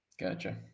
Gotcha